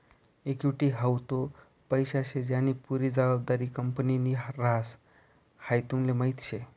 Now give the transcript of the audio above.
equity हाऊ तो पैसा शे ज्यानी पुरी जबाबदारी कंपनीनि ह्रास, हाई तुमले माहीत शे